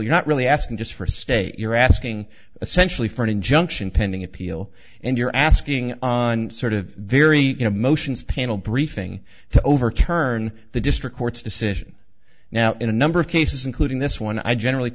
not really asking just for a state you're asking essentially for an injunction pending appeal and you're asking on sort of very emotions panel briefing to overturn the district court's decision now in a number of cases including this one i generally